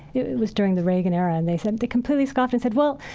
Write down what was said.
it was during the reagan era. and they said, they completely scoffed and said, well,